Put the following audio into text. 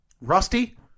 Rusty